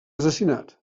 assassinat